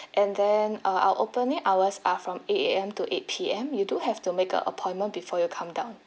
and then uh our opening hours are from eight A_M to eight P_M you do have to make a appointment before you come down